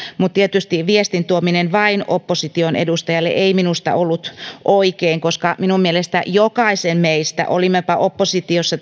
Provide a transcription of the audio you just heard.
mutta tietysti viestin tuominen vain opposition edustajille ei minusta ollut oikein koska minun mielestäni jokaisen meistä olimmepa oppositiossa